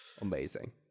Amazing